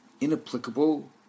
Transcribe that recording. inapplicable